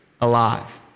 alive